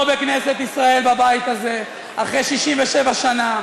פה, בכנסת ישראל, בבית הזה, אחרי 67 שנה,